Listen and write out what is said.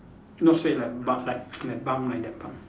not say like buff like like bun like that bun